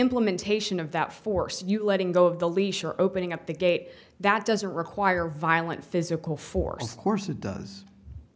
implementation of that force you letting go of the leash or opening up the gate that doesn't require violent physical force of course it does